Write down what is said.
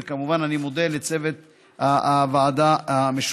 וכמובן, אני מודה לצוות הוועדה המשותפת.